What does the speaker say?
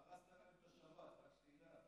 הרסת להם את השבת, רק שתדע.